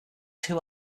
two